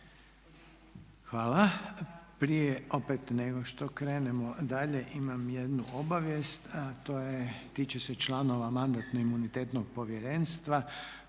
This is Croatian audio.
Hvala. Prije opet nego što krenemo dalje imam jednu obavijest a to je, tiče se članova Mandatno-imunitetnog povjerenstva,